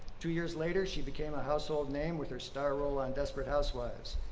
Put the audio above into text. two years later she became a household name with her star role on desperate housewives.